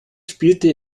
spielte